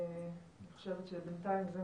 אני אגיד לך מה